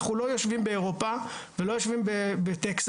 אנחנו לא יושבים באירופה ולא יושבים בטקסס,